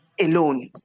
alone